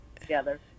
together